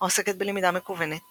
העוסקת בלמידה מקוונת